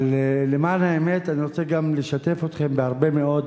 אבל למען האמת, אני רוצה גם לשתף אתכם בהרבה מאוד